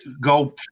Go